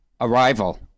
Arrival